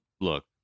look